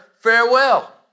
farewell